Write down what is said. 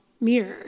mirror